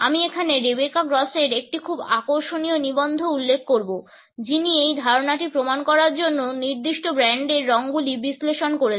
আমি এখানে রেবেকা গ্রসের একটি খুব আকর্ষণীয় নিবন্ধ উল্লেখ করব যিনি এই ধারণাটি প্রমাণ করার জন্য নির্দিষ্ট ব্র্যান্ডের রঙগুলি বিশ্লেষণ করেছেন